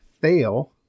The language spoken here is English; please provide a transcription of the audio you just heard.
fail